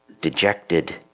dejected